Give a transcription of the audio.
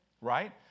right